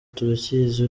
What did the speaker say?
turakizi